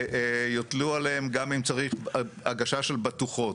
ויוטלו עליהם גם אם צריך הגשה של בטוחות.